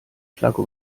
flagge